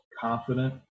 confident